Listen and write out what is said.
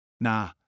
Nah